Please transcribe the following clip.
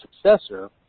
successor